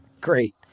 great